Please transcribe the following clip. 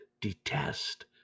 detest